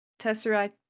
Tesseract